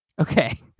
Okay